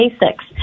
basics